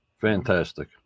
fantastic